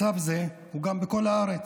מצב זה הוא גם בכל הארץ.